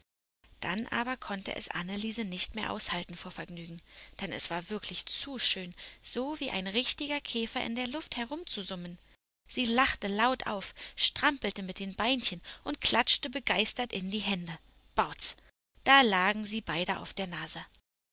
dann aber konnte es anneliese nicht mehr aushalten vor vergnügen denn es war wirklich zu schön so wie ein richtiger käfer in der luft herumzusummen sie lachte laut auf strampelte mit den beinchen und klatschte begeistert in die hände bauz da lagen sie beide auf der nase